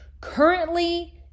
currently